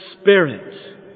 spirit